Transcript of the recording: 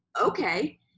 okay